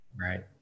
Right